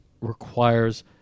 requires